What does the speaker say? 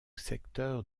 secteur